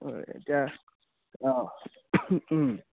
এতিয়া অঁ